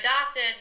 adopted